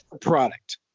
product